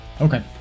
Okay